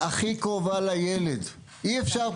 שגם ייסדתם את העמותה,